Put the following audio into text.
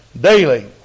daily